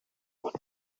wish